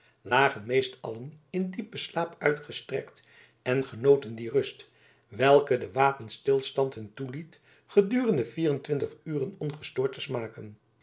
lagen meest allen in diepen slaap uitgestrekt en genoten die rust welke de wapenstilstand hun toeliet gedurende vier en twintig uren ongestoord te smaken